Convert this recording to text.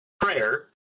prayer